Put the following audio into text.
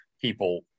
People